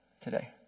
today